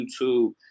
YouTube